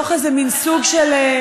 בתוך איזה מן סוג של,